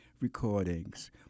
recordings